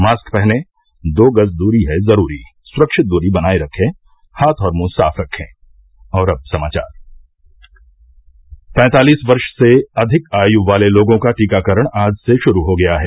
mask पहनें दो गज दूरी है जरूरी सुरक्षित दूरी बनाये रखे हाथ और मुंह साफ रखे पैंतालीस वर्ष से अधिक आयु वाले लोगों का टीकाकरण आज से शुरू हो गया है